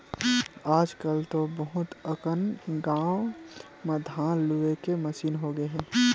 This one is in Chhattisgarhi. आजकल तो बहुत अकन गाँव म धान लूए के मसीन होगे हे